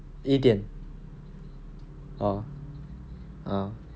一点 uh uh